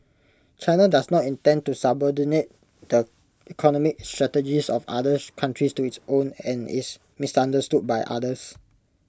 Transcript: China does not intend to subordinate the economic strategies of others countries to its own and is misunderstood by others